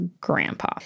grandpa